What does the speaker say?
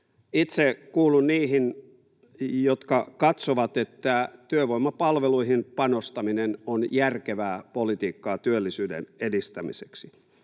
Itse kuulun niihin, jotka katsovat, että työvoimapalveluihin panostaminen on järkevää politiikkaa työllisyyden edistämiseksi.